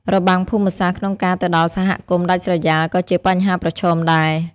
របាំងភូមិសាស្ត្រក្នុងការទៅដល់សហគមន៍ដាច់ស្រយាលក៏ជាបញ្ហាប្រឈមដែរ។